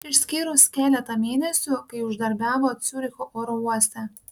išskyrus keletą mėnesių kai uždarbiavo ciuricho oro uoste